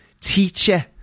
teacher